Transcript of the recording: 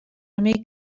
remei